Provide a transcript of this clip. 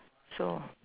so